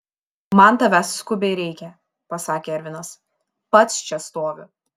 man tavęs skubiai reikia pasakė ervinas pats čia stoviu